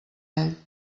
ell